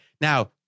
now